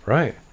Right